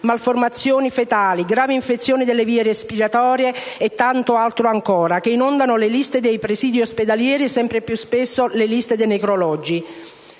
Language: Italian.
malformazioni fetali, gravi infezioni delle vie respiratorie, e tanto altro ancora, che inondano le liste dei presidi ospedalieri e sempre più spesso anche le liste dei necrologi?